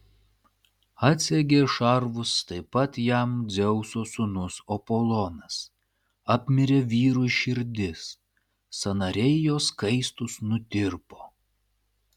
atsegė šarvus taip pat jam dzeuso sūnus apolonas apmirė vyrui širdis sąnariai jo skaistūs nutirpo